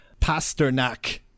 Pasternak